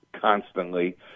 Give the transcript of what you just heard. constantly